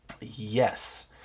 yes